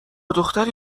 دختری